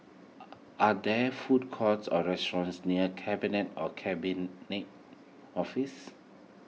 are there food courts or restaurants near Cabinet and Cabinet Office